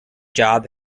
job